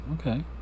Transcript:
Okay